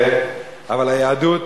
אבל היהדות